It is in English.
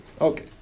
Okay